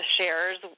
shares